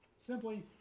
Simply